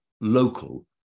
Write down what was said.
local